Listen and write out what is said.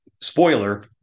spoiler